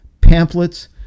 pamphlets